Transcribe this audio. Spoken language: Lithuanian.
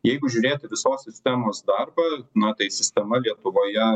jeigu žiūrėti visos sistemos darbą na tai sistema lietuvoje